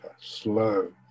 slow